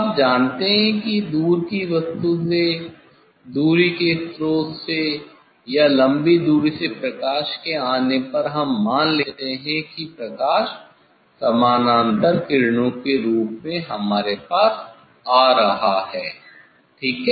अब आप जानते है कि दूर की वस्तु से दूरी के स्रोत से लंबी दूरी से प्रकाश के आने पर हम मान लेते हैं कि प्रकाश समानांतर किरणों के रूप में हमारे पास आ रहा है ठीक है